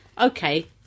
Okay